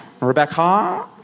Rebecca